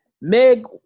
Meg